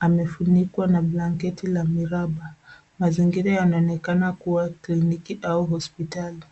amefunikwa na blanketi la miraba. Mazingira yanaonekana kuwa kliniki au hospitali.